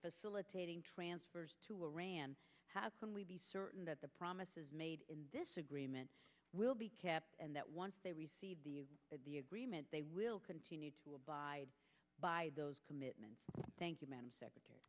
facilitating transfers to iran how can we be certain that the promises made in this agreement will be kept and that once they receive the agreement they will continue to abide by those commitments thank you madam secretary